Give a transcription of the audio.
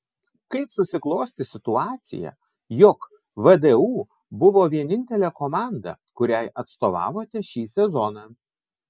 kaip susiklostė situacija jog vdu buvo vienintelė komanda kuriai atstovavote šį sezoną